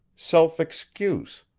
self-excuse,